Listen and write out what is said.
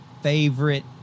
favorite